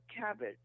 cabbage